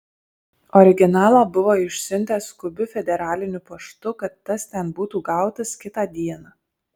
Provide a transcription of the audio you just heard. originalą buvo išsiuntęs skubiu federaliniu paštu kad tas ten būtų gautas kitą dieną